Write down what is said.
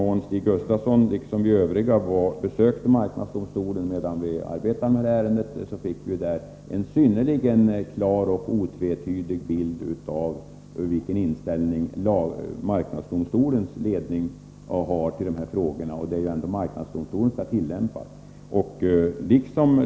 Som jag sade förut, besökte vi marknadsdomstolen medan vi arbetade med ärendet, och vi fick där en synnerligen klar och otvetydig bild av vilken inställning marknadsdomstolens ledning har i de här frågorna. Och det är ändå marknadsdomstolen som skall tillämpa lagen.